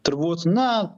turbūt na